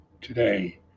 today